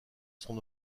son